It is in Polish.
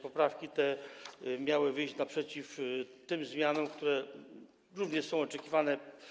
Poprawki te miały wyjść naprzeciw zmianom, które również są oczekiwane.